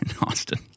austin